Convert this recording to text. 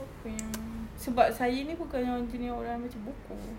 okay sebab saya ini bukan yang jenis orang yang baca buku